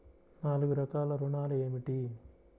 నాలుగు రకాల ఋణాలు ఏమిటీ?